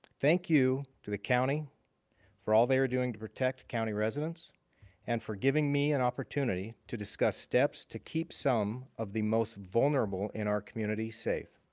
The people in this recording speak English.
thank you to the county for all they are doing to protect county residents and for giving me an opportunity to discuss steps to keep some of the most vulnerable in our community safe.